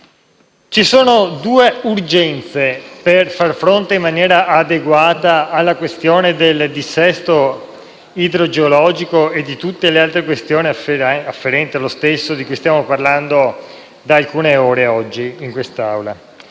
Ci sono due urgenze per far fronte in maniera adeguata al dissesto idrogeologico e a tutte le altre questioni afferenti allo stesso, di cui stiamo parlando da alcune ore oggi in questa